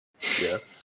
Yes